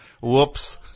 whoops